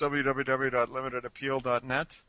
www.limitedappeal.net